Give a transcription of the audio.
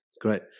great